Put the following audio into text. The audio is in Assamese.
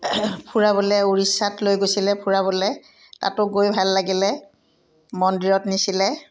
ফুৰাবলৈ উৰিষ্যাত লৈ গৈছিলে ফুৰাবলৈ তাতো গৈ ভাল লাগিলে মন্দিৰত নিছিলে